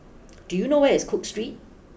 do you know where is cook Street